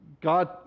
God